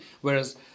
Whereas